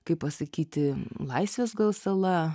kaip pasakyti laisvės gal sala